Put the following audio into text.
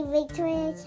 Victoria